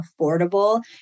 affordable